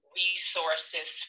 resources